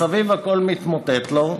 מסביב הכול מתמוטט לו,